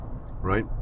right